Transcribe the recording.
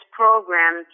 program